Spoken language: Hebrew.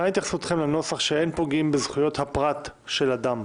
מה התייחסותכם לנוסח שאין פוגעים בזכויות הפרט של אדם?